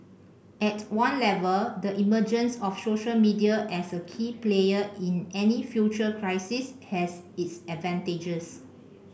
at one level the emergence of social media as a key player in any future crisis has its advantages